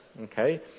okay